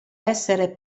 essere